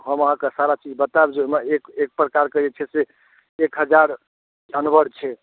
हम अहाँक सारा चीज बतायब जे ओहिमे एक एक प्रकार कऽ जे छै से एक हजार जानवर छै